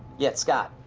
yeah, it's scott.